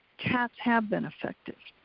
cats have been affected,